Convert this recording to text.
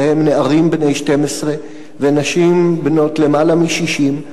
ובהם נערים בני 12 ונשים בנות יותר מ-60,